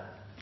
på